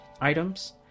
items